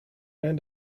and